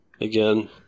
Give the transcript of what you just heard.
again